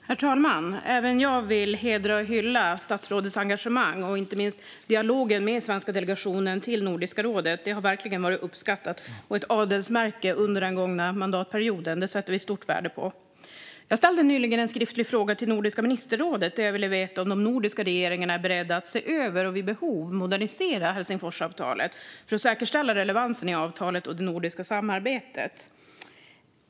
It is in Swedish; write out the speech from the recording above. Herr talman! Även jag vill hedra och hylla statsrådets engagemang, inte minst dialogen med svenska delegationen till Nordiska rådet. Det har verkligen varit uppskattat och ett adelsmärke under den gångna mandatperioden. Det sätter vi stort värde på. Jag ställde nyligen en skriftlig fråga till Nordiska ministerrådet där jag ville veta om de nordiska regeringarna är beredda att se över och vid behov modernisera Helsingforsavtalet, för att säkerställa relevansen i avtalet och det nordiska samarbetet.